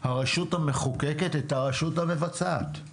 הרשות המחוקקת את הרשות המבצעת.